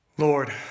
Lord